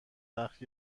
وقت